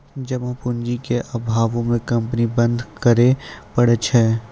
जमा पूंजी के अभावो मे कंपनी बंद करै पड़ै छै